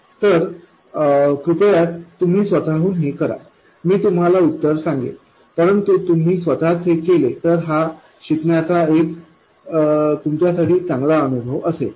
तर कृपया तुम्ही स्वतःहून हे करा मी तुम्हाला उत्तर सांगेल परंतु तुम्ही स्वतःच ते केले तर हा शिकण्याचा एक चांगला अनुभव असेल